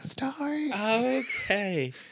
okay